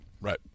Right